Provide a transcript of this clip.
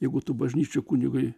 jeigu tu bažnyčioj kunigui